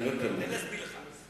בוא אני אסביר לך.